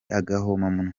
agahomamunwa